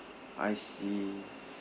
I see